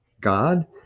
God